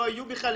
לא היו בכלל.